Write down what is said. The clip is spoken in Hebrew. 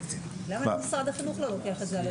למה משרד החינוך לא לוקח את זה?